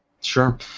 sure